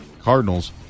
Cardinals